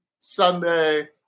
Sunday